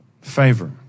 Favor